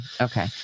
Okay